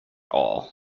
all